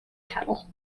cattle